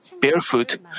barefoot